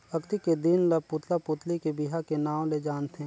अक्ती के दिन ल पुतला पुतली के बिहा के नांव ले जानथें